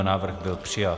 Návrh byl přijat.